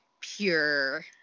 pure